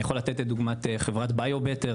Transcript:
אני יכול לתת לדוגמא את חברת ביו בטר,